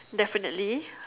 definitely